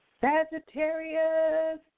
Sagittarius